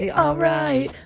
alright